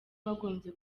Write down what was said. bagombye